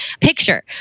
picture